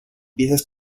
piezas